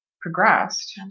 progressed